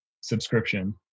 subscription